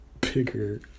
bigger